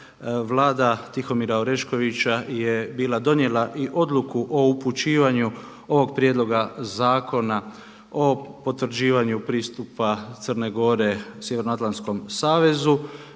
Vlada Tihomira Oreškovića je bila donijela i odluku o upućivanju ovog Prijedloga zakona o potvrđivanju pristupa Crne Gore Sjevernoatlantskom savezu